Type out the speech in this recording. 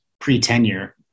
pre-tenure